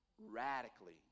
Radically